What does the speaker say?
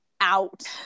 out